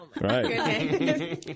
Right